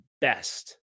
best